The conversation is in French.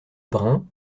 brun